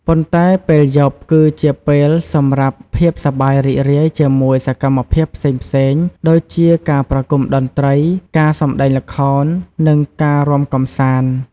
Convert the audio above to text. ប៉ុន្តែពេលយប់ គឺជាពេលសម្រាប់ភាពសប្បាយរីករាយជាមួយសកម្មភាពផ្សេងៗដូចជាការប្រគំតន្ត្រី ការសម្តែងល្ខោន និងការរាំកម្សាន្ត។